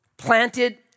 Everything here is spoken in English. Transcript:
planted